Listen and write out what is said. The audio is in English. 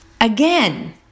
again